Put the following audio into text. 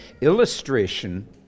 illustration